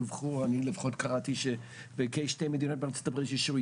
דווחו אני לפחות קראתי שבשתי מדינות בארצות הברית אישרו,